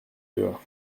dehors